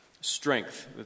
strength